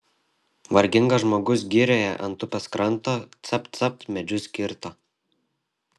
vargingas žmogus girioje ant upės kranto capt capt medžius kirto